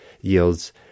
yields